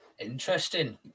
Interesting